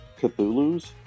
Cthulhus